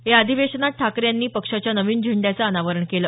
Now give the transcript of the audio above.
या अधिवेशनात ठाकरे यांनी पक्षाच्या नवीन झेंड्याचं अनावरण केलं